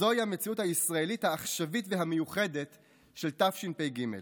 זוהי המציאות הישראלית העכשווית והמיוחדת של תשפ"ג.